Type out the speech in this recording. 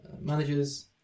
Managers